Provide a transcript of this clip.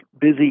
busy